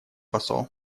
посол